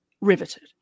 riveted